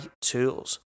tools